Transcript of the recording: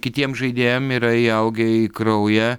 kitiem žaidėjam yra įaugę į kraują